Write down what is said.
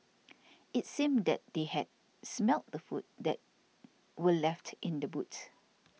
it seemed that they had smelt the food that were left in the boot